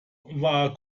war